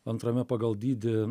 antrame pagal dydį